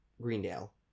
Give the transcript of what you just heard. Greendale